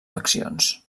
faccions